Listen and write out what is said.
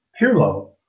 Pirlo